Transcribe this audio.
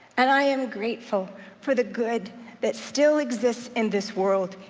and i am grateful for the good that still exists in this world,